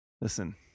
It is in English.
Listen